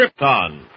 Krypton